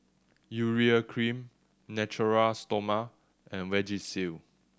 Urea Cream Natura Stoma and Vagisil